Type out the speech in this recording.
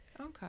Okay